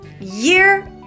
year